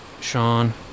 Sean